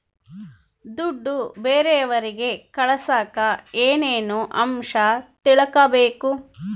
ದುಡ್ಡು ಬೇರೆಯವರಿಗೆ ಕಳಸಾಕ ಏನೇನು ಅಂಶ ತಿಳಕಬೇಕು?